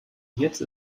jetzt